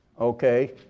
Okay